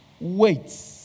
wait